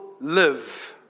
live